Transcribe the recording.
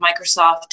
microsoft